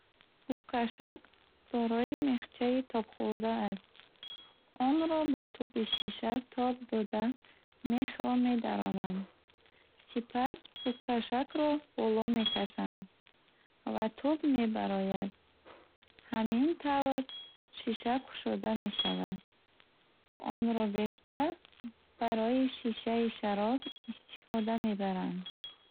Пӯккашак дорои мехчаи тобхӯрда аст. Онро ба тӯби шиша тоб дода, мехро медаронанд. Сипас пӯкашакро боло мекашанд ва тӯб мебарояд. Ҳамин тавр, шиша кушода мешавад. Онро бештар барои шишаи шароб истифода мебаранд.